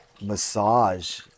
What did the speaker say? massage